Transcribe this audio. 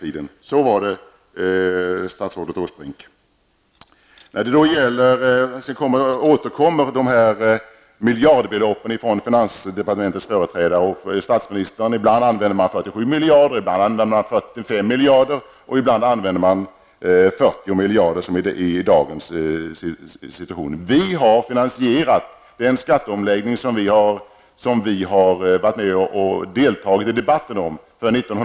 Finansdepartementets företrädare och även statsministern återkommer med varierande belopp i fråga om finansieringen. Ibland använder man sig av beloppet 47 miljarder, ibland är det 45 miljarder och i dag är det 40 miljarder som gäller. Vi har finansierat det skatteomläggningsförslag för 1990/91 som vi deltagit i debatten om.